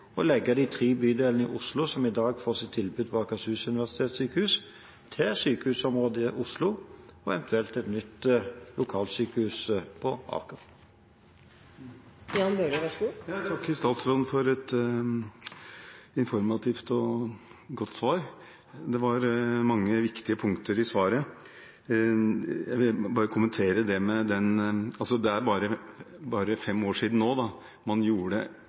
legge de tre bydelene i Oslo som i dag får sitt tilbud på Akershus universitetssykehus, til sykehusområde Oslo og eventuelt til et nytt lokalsykehus på Aker. Jeg takker statsråden for et informativt og godt svar. Det var mange viktige punkt i svaret. Jeg vil bare kommentere at det er bare fem år siden man gjorde – vil jeg si – en kjempebommert i beregningene av hvor mye kapasitet man